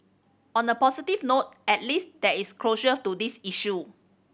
on a positive note at least there is closure to this issue